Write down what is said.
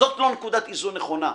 זאת לא נקודת איזון נכונה.